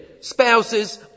spouses